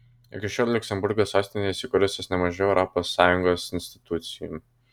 iki šiol liuksemburgo sostinėje įsikūrusios nemažai europos sąjungos institucijų